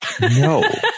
No